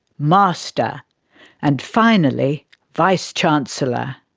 master and finally vice chancellor.